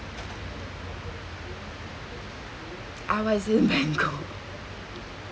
I was in bangkok